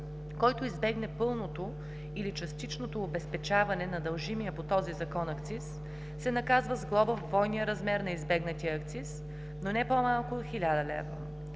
Който избегне пълното или частичното обезпечаване на дължимия по този закон акциз, се наказва с глоба в двойния размер на избегнатия акциз, но не по-малко от 1000 лв.,